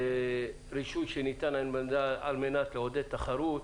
זה רישוי שניתן על מנת לעודד תחרות.